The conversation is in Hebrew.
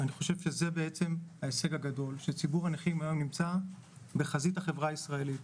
זה ההישג הגדול שציבור הנכים נמצא היום בחזית החברה הישראלית.